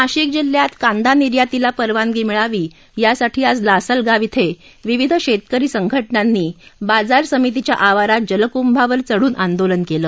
नाशिक जिल्ह्यात कांदा निर्यातीला परवानगी मिळावी यासाठी आज लासलगाव ॐ विविध शेतकरी संघटनांनी बाजार समितीच्या आवारात जलकृभावर चढून आंदोलन केलं